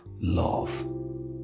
Love